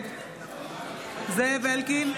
נגד זאב אלקין,